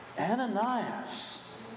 Ananias